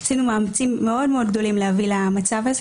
עשינו מאמצים מאוד מאוד גדולים להביא למצב הזה